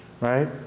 right